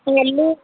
ਕਰੇਲੇ